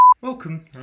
Welcome